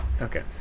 Okay